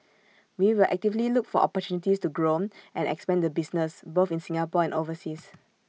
we will actively look for opportunities to grow and expand the business both in Singapore and overseas